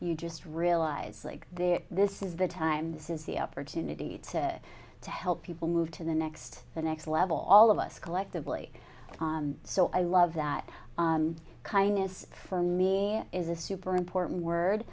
you just realize there this is the time this is the opportunity to to help people move to the next the next level all of us collectively so i love that kindness for me is a super important word